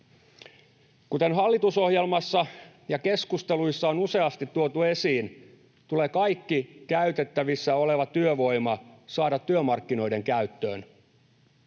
Kuten hallitusohjelmassa ja keskusteluissa on useasti tuotu esiin, tulee kaikki käytettävissä oleva työvoima saada työmarkkinoiden käyttöön.